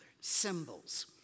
symbols